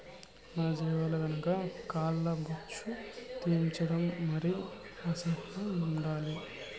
మన జీవాల వెనక కాల్ల బొచ్చు తీయించప్పా మరి అసహ్యం ఉండాలి